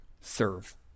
serve